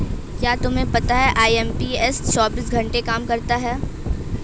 क्या तुम्हें पता है आई.एम.पी.एस चौबीस घंटे काम करता है